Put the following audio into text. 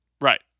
Right